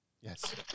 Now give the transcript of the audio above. Yes